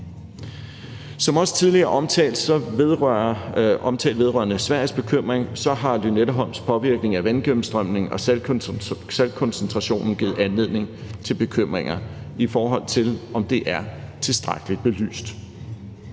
Som også tidligere omtalt vedrørende Sveriges bekymring har Lynetteholms påvirkning af vandgennemstrømningen og saltkoncentrationen givet anledning til bekymringer, i forhold til om det er tilstrækkeligt belyst.